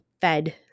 fed